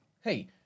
hey